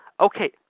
Okay